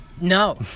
no